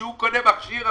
כשהוא קונה מכשיר,